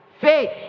faith